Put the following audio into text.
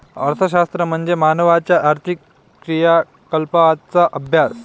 अर्थशास्त्र म्हणजे मानवाच्या आर्थिक क्रियाकलापांचा अभ्यास